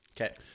okay